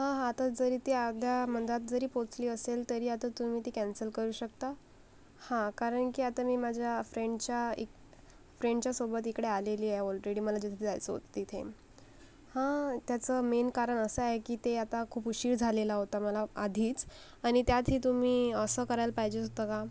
हा हा आता जरी ते अर्ध्या मधात जरी पोहचली असेल तरी आता तुम्ही ती कॅन्सल करू शकता हा कारण की आता मी माझ्या फ्रेंडच्या इक फ्रेंडच्या सोबत इकडे आलेली आहे ऑलरेडी मला जिथं जायचं होतं तिथे हा त्याचं मेन कारण असं आहे की ते आता खूप उशीर झालेला होता मला आधीच आणि त्यात ही तुम्ही असं करायला पाहिजे होतं का